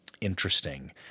interesting